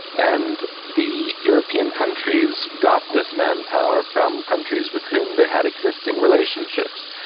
and the european countries got this manpower from countries with whom they had existing relationships.